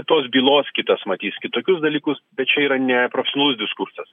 tos bylos kitas matys kitokius dalykus bet čia yra neprofesionalus diskursas